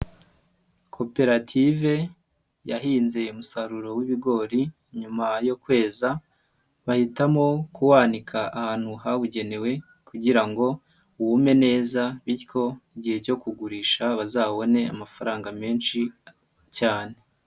Koperative yahinze umusaruro w'ibigori nyuma yo kweza, bahitamo kuwanika ahantu hawugenewe kugira ngo wume neza bityo, igihe cyo kugurisha bazabone amafaranga menshi cyane.